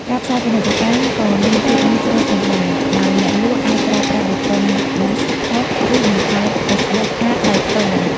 ការផ្សាយពាណិជ្ជកម្មក៏មានភាពងាយស្រួលផងដែរ ដោយអ្នកលក់អាចប្រើប្រាស់ប៊ូតុង ប៊ូស ផូស Boost Post ឬបង្កើត ហ្វេសប៊ុក អាដ Facebook Ads ដោយផ្ទាល់។